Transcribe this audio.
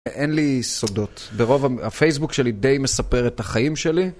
אין לי סודות, ברוב, הפייסבוק שלי די מספר את החיים שלי.